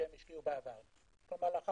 רשות המיסים